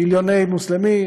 מיליוני מוסלמים,